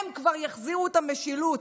הם כבר יחזירו את המשילות.